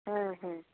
হ্যাঁ হ্যাঁ